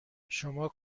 شما